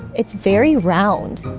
it's very round,